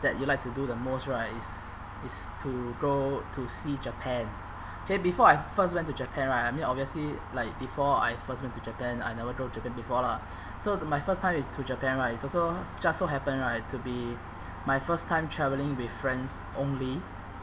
that you like to do the most right is is to go to see japan K before I first went to japan right I mean obviously like before I first went to japan I never go japan before lah so th~ my first time is to japan is also just so happen right to be my first time travelling with friends only